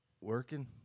Working